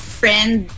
friend